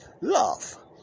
love